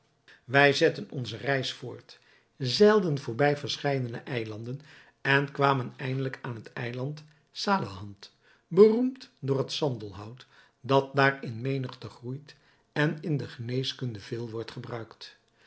wij zetten onze reis voort zeilden voorbij verscheidene eilanden en kwamen eindelijk aan het eiland salahad beroemd door het sandelhout dat daar in menigte groeit en in de geneeskunde veel wordt gebruikt